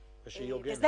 חזר.